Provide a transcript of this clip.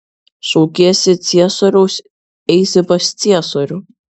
šaukiesi ciesoriaus eisi pas ciesorių